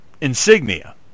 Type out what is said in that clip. insignia